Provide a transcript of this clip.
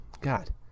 God